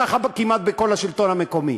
ככה כמעט בכל השלטון המקומי.